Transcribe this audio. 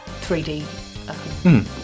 3D